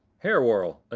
hair whorl,